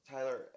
Tyler